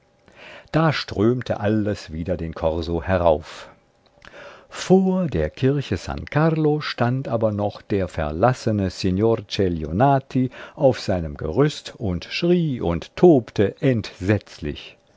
da strömte alles wieder den korso herauf vor der kirche s carlo stand aber noch der verlassene signor celionati auf seinem gerüst und schrie und tobte entsetzlich